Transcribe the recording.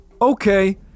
okay